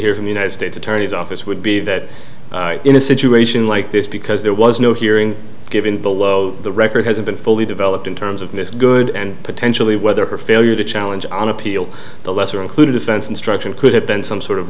hear from the united states attorney's office would be that in a situation like this because there was no hearing given below the record has been fully developed in terms of ms good and potentially whether her failure to challenge on appeal to a lesser included offense instruction could have been some sort of